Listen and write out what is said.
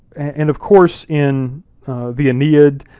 and of course in the aeneid,